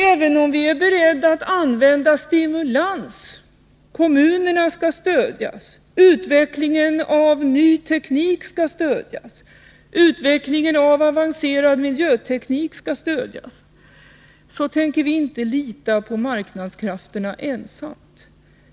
Även om vi är beredda att använda stimulans - kommunerna skall stödjas, utvecklingen av ny teknik skall stödjas, utvecklingen av avancerad miljöteknik skall stödjas — så tänker vi inte lita endast på marknadskrafterna.